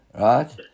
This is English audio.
Right